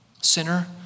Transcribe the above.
Sinner